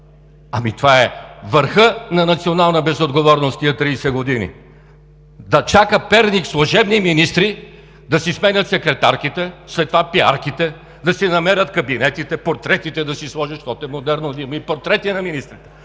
Ами, това е върхът на национална безотговорност в тези 30 години. Да чака Перник служебни министри да си сменят секретарките, след това пиарките, да си намерят кабинетите, портретите да си сложат, защото е модерно да има и портрети на министри,